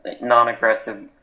non-aggressive